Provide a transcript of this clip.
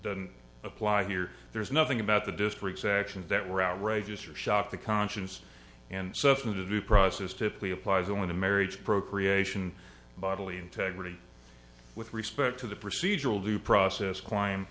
doesn't apply here there's nothing about the district's actions that were outrageous or shocks the conscience and suffering to due process typically applies only to marriage procreation bodily integrity with respect to the procedural due process climb